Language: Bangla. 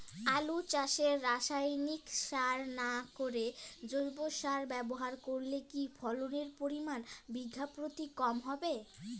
আলু চাষে রাসায়নিক সার না করে জৈব সার ব্যবহার করলে কি ফলনের পরিমান বিঘা প্রতি কম হবে?